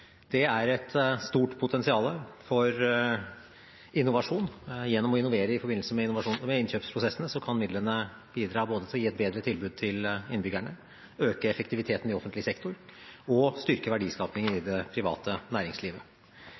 Det er et stort potensial for innovasjon. Gjennom å innovere i forbindelse med innkjøpsprosessene kan midlene bidra både til å gi et bedre tilbud til innbyggerne, til å øke effektiviteten i offentlig sektor og til å styrke verdiskapingen i det private næringslivet.